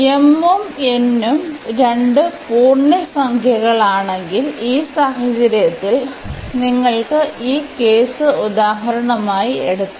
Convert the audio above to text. m ഉം n ഉം രണ്ടും പൂർണ്ണസംഖ്യകളാണെങ്കിൽ ഈ സാഹചര്യത്തിൽ നിങ്ങൾക്ക് ഈ കേസ് ഉദാഹരണമായി എടുക്കാം